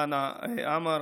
חנה עמר,